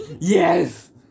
Yes